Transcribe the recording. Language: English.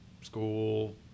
school